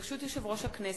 ברשות יושב-ראש הכנסת,